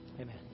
Amen